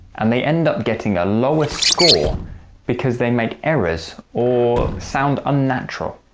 and they end up getting a lower score because they make errors or sound unnatural.